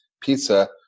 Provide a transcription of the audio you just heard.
pizza